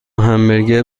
همبرگر